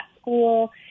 school